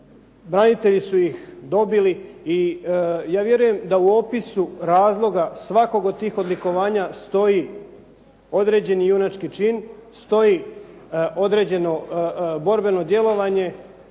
branitelji su ih dobili i ja vjerujem da u opisu razloga svakog od tih odlikovanja stoji određeni junački čin, stoji određeno borbeno djelovanje